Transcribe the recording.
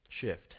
shift